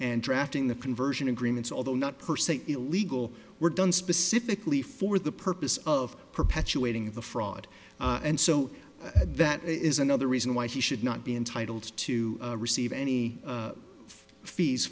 and drafting the conversion agreements although not per se illegal were done specifically for the purpose of perpetuating the fraud and so that is another reason why he should not be entitled to receive any fees